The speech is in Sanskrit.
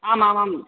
आम् आम् आम्